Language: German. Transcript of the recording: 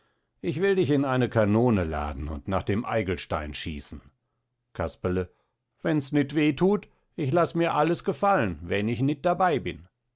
ich will dich in eine kanone laden und nach dem eigelstein schießen casperle wenns nit weh thut ich laß mir alles gefallen wenn ich nit dabei bin